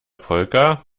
polka